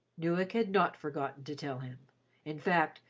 newick had not forgotten to tell him in fact,